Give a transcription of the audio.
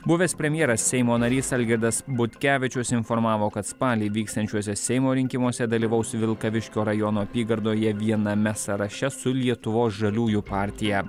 buvęs premjeras seimo narys algirdas butkevičius informavo kad spalį vyksiančiuose seimo rinkimuose dalyvaus vilkaviškio rajono apygardoje viename sąraše su lietuvos žaliųjų partija